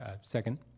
Second